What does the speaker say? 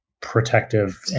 protective